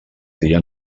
dia